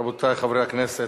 רבותי חברי הכנסת,